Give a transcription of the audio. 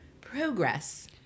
progress